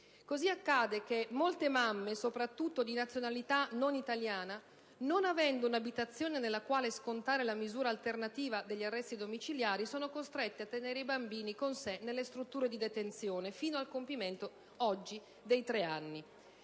Così accade che molte mamme, soprattutto di nazionalità non italiana, non avendo un'abitazione nella quale scontare la misura alternativa degli arresti domiciliari, sono costrette a tenere i bambini con sé nelle strutture di detenzione fino al compimento, oggi, dei tre anni;